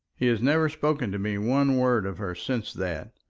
he has never spoken to me one word of her since that.